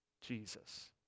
Jesus